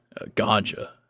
ganja